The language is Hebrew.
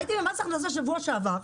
הייתי במס הכנסה בשבוע שעבר,